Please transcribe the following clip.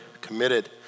committed